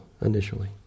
initially